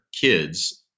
kids